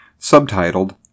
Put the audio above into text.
subtitled